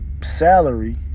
salary